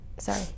Sorry